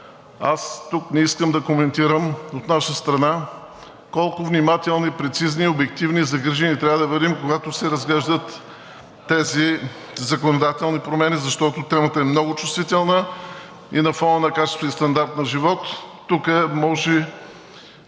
Аз тук не искам да коментирам от наша страна колко внимателни и прецизни, обективни, загрижени трябва да бъдем, когато се разглеждат тези законодателни промени, защото темата е много чувствителна, и на фона на качеството и стандарта на живот тук може не